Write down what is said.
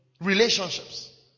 Relationships